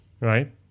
Right